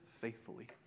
faithfully